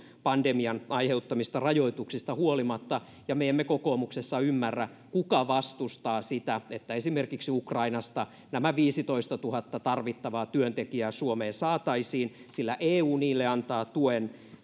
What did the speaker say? pandemian aiheuttamista rajoituksista huolimatta ja me emme kokoomuksessa ymmärrä kuka vastustaa sitä että esimerkiksi ukrainasta nämä viisitoistatuhatta tarvittavaa työntekijää suomeen saataisiin sillä eu niille antaa tuen